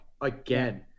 again